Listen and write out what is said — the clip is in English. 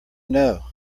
know